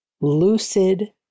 lucid